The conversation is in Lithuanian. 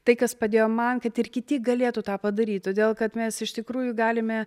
tai kas padėjo man kad ir kiti galėtų tą padaryt todėl kad mes iš tikrųjų galime